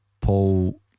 Paul